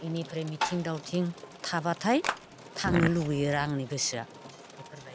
बेनिफ्राय मिथिं दावथिं थाबाथाय थांनो लुबैयो आरो आंनि गोसोआ बेफोरबायदि